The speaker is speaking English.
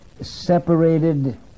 separated